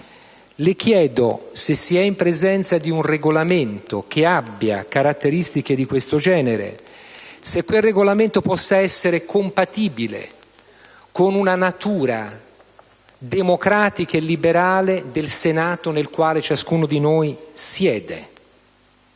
Le chiedo se si è in presenza di un regolamento che abbia caratteristiche di tal genere e se esso possa essere compatibile con la natura democratica e liberale del Senato nel quale ciascuno di noi siede.